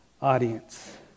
audience